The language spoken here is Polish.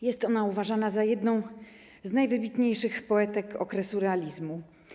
Jest ona uważana za jedną z najwybitniejszych poetek okresu realizmu.